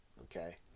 okay